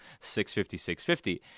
650-650